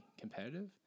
competitive